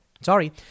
Sorry